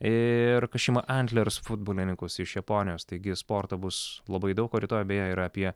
ir kašima antlers futbolininkus iš japonijos taigi sporto bus labai daug o rytoj beje ir apie